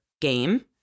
game